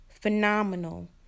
phenomenal